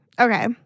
Okay